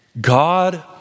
God